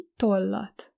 tollat